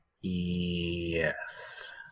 Yes